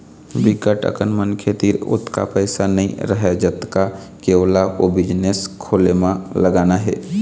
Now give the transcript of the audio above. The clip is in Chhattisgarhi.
बिकट अकन मनखे तीर ओतका पइसा नइ रहय जतका के ओला ओ बिजनेस खोले म लगाना हे